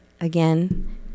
again